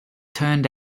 turned